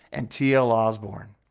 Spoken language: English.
and t. l. osborn.